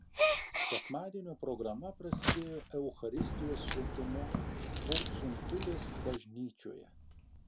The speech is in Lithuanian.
sekmadienio programa prasidėjo eucharistijos šventimu porciunkulės bažnyčioje